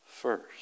first